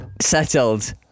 Settled